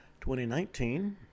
2019